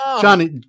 johnny